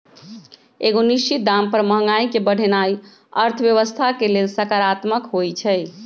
एगो निश्चित दाम पर महंगाई के बढ़ेनाइ अर्थव्यवस्था के लेल सकारात्मक होइ छइ